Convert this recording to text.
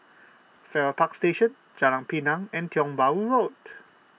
Farrer Park Station Jalan Pinang and Tiong Bahru Road